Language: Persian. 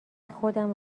خودم